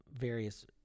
various